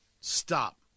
stop